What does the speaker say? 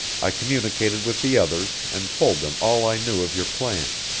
i communicated with the others and told them all i knew of your plans,